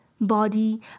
body